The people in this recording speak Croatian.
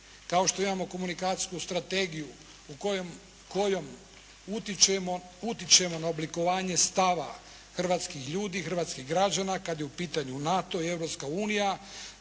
kao što imamo komunikacijsku strategiju kojom utičemo na oblikovanje stava hrvatskih ljudi, hrvatskih građana kad je u pitanju NATO i